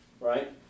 right